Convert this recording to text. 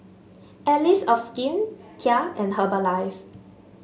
Allies of Skin Kia and Herbalife